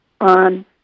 on